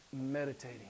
meditating